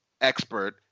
expert